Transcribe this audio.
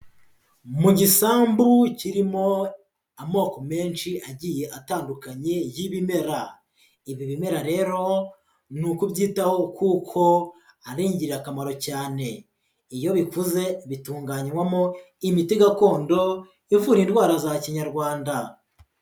Mu gisambu kirimo amoko menshi agiye atandukanye y'ibimera. Ibi bimera rero ,ni ukubyitaho kuko ari ingirakamaro cyane. Iyo bikuze bitunganywamo imiti gakondo, ivura indwara za Kinyarwanda.